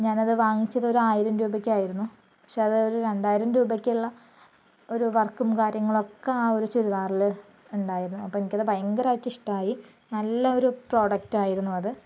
ഞാൻ അത് വാങ്ങിച്ചത് ഒരു ആയിരം രൂപയ്ക്കായിരുന്നു പക്ഷെ അത് ഒരു രണ്ടായിരം രൂപക്കുള്ള ഒരു വർക്കും കാര്യങ്ങളൊക്കെ ആ ഒരു ചുരിദാറില് ഉണ്ടായിരുന്നു അപ്പോൾ അത് എനിക്ക് ഭയകരമായിട്ട് ഇഷ്ടമായി നല്ലൊരു പ്രോഡക്റ്റായിരുന്നു അത്